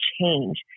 change